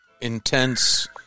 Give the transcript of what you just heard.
intense